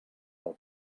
pel